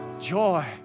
joy